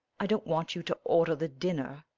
i don't want you to order the dinner.